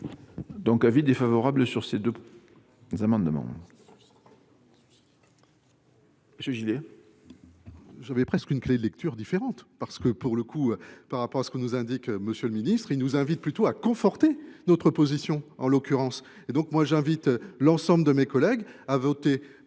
donc un avis défavorable sur ces deux amendements.